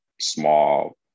small